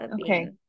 Okay